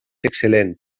excel·lent